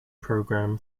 program